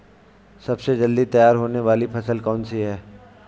सबसे जल्दी तैयार होने वाली फसल कौन सी है?